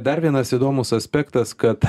dar vienas įdomus aspektas kad